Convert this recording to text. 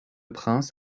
prince